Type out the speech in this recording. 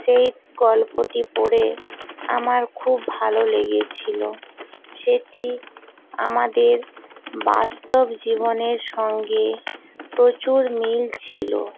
সেই গল্পটি পড়ে আমার খুব ভালো লেগেছিলো সেটি আমাদের বাস্তব জীবনের সঙ্গে প্রচুর মিল ছিলো